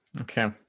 okay